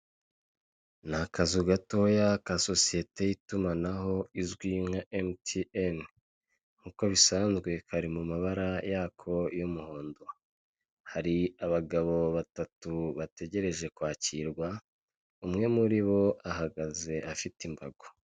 Nyakubahwa umukuru w'igihugu cy'u Rwanda yambaye ikote ndetse n'ishati y'umweru, akaba ari kuramukanya n'umucamanza wambaye ingofero irimo ibara ry'umuhondo ndetse n'iry'umukara.